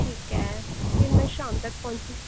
ठीक ऐ फिर में शाम तक्क औन्नी आं